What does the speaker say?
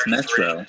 Metro